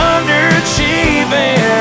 Underachieving